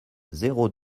zéro